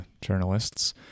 journalists